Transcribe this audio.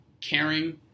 caring